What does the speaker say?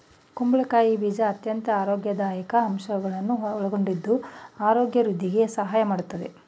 ಕುಂಬಳಕಾಯಿ ಬೀಜ ಅತ್ಯಂತ ಆರೋಗ್ಯದಾಯಕ ಅಂಶಗಳನ್ನು ಒಳಗೊಂಡಿದ್ದು ಆರೋಗ್ಯ ವೃದ್ಧಿಗೆ ಸಹಾಯ ಮಾಡತ್ತದೆ